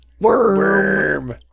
Worm